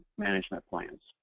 management plans